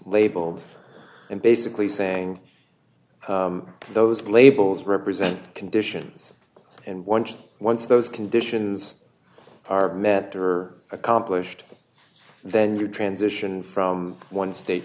labeled and basically saying those labels represent conditions and once once those conditions are met or accomplished then you transition from one state